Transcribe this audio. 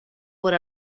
por